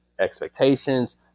expectations